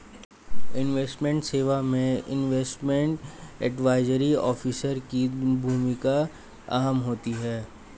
investment सेवा में investment advisory officer की भूमिका अहम होती है